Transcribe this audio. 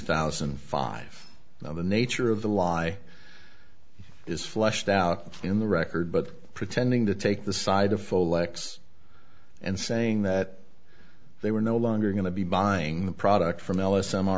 thousand and five of the nature of the lie is fleshed out in the record but pretending to take the side of full lex and saying that they were no longer going to be buying the product from ellis